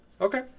okay